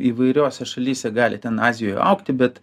įvairiose šalyse gali ten azijoj augti bet